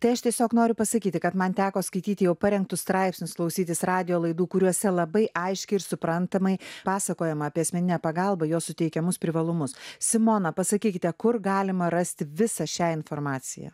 tai aš tiesiog noriu pasakyti kad man teko skaityti jau parengtus straipsnius klausytis radijo laidų kuriose labai aiškiai ir suprantamai pasakojama apie asmeninę pagalbą jos suteikiamus privalumus simona pasakykite kur galima rasti visą šią informaciją